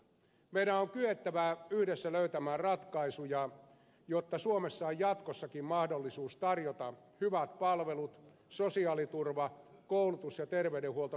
meidän on kyettävä yhdessä löytämään ratkaisuja jotta suomessa on jatkossakin mahdollisuus tarjota hyvät palvelut sosiaaliturva koulutus ja terveydenhuolto kaikille kansalaisille